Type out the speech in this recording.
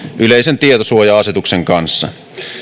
yleisen tietosuoja asetuksen kanssa